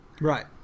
Right